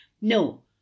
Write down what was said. no